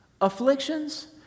afflictions